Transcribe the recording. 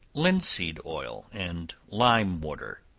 linseed oil and lime water